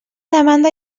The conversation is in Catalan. demanda